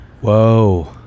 Whoa